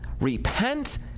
Repent